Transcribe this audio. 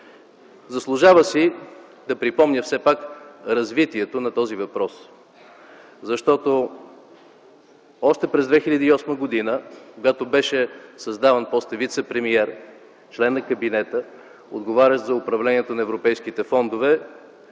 Заслужава си да припомня все пак развитието на този въпрос, защото още през 2008 г., когато беше създаван постът вицепремиер - член на кабинета, отговарящ за управлението на европейските фондове,